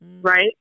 right